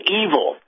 evil